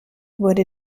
wurde